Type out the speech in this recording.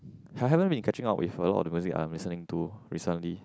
I haven't been catching out with a lot the music I'm listening to recently